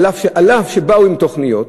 אף שבאו עם תוכניות,